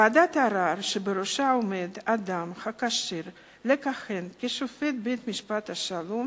ועדת ערר שבראשה עומד אדם הכשיר לכהן כשופט בית-משפט השלום